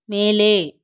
மேலே